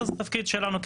אז התפקיד שלנו,